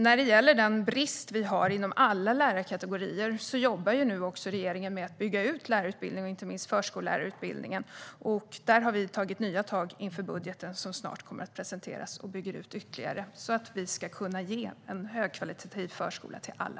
När det gäller den brist vi har inom alla lärarkategorier vill jag säga att regeringen nu jobbar med att bygga ut lärarutbildningen och, inte minst, förskollärarutbildningen. Där har vi tagit nya tag inför den budget som snart kommer att presenteras. Vi bygger ut ytterligare, så att vi ska kunna ge en högkvalitativ förskola till alla.